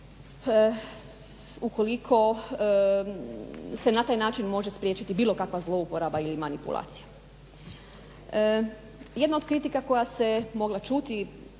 ukoliko se na taj način može spriječiti bilo kakva zlouporaba ili manipulacija. Jedna od kritika koja se mogla čuti